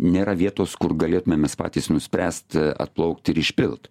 nėra vietos kur galėtume mes patys nuspręst atplaukt ir išpilt